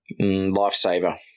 lifesaver